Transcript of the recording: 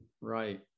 Right